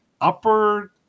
upper